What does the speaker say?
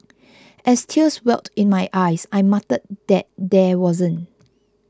as tears welled in my eyes I muttered that there wasn't